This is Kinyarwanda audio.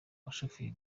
abashoferi